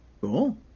cool